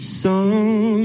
song